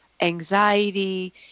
anxiety